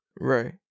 Right